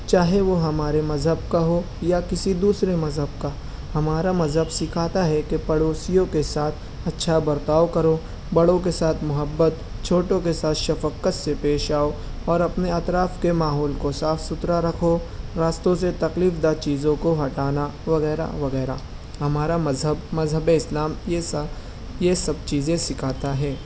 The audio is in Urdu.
چاہے وہ ہمارے مذہب کا ہو یا کسی دوسرے مذہب کا ہمارا مذہب سکھاتا ہے کہ پڑوسیوں کے ساتھ اچھا برتاؤ کرو بڑوں کے ساتھ محبت چھوٹوں کے ساتھ شفقت سے پیش آؤ اور اپنے اطراف کے ماحول کو صاف سُتھرا رکھو راستوں سے تکلیف دہ چیزوں کو ہٹانا وغیرہ وغیرہ ہمارا مذہب مذہبِ اِسلام یہ سا یہ سب چیزیں سِکھاتا ہے